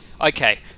Okay